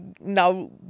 now